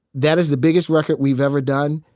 that is the biggest record we've ever done,